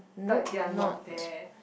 nope I'm not